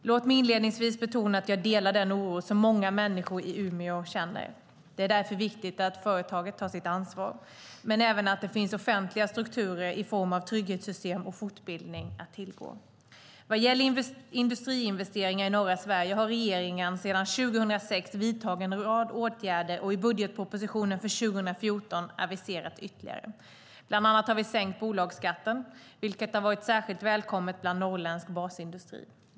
Låt mig inledningsvis betona att jag delar den oro som många människor i Umeå känner. Det är därför viktigt att företagen tar sitt ansvar men även att det finns offentliga strukturer i form av trygghetssystem och fortbildning att tillgå. Vad gäller industriinvesteringar i norra Sverige har regeringen sedan 2006 vidtagit en rad åtgärder och i budgetpropositionen för 2014 aviserat ytterligare. Bland annat har vi sänkt bolagsskatten, vilket har varit särskilt välkommet bland norrländsk basindustri.